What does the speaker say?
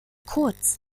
kurz